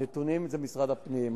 הנתונים, זה משרד הפנים.